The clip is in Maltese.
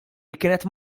kienet